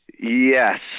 Yes